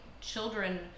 children